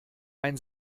ein